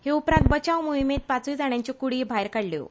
हे उपरांत बचाव मोहिमेत पांचूय जाणांच्यो कुडी भायर काडल्यो